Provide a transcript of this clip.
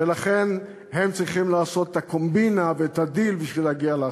ולכן הם צריכים לעשות את הקומבינה ואת הדיל בשביל להגיע להחלטה.